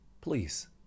Please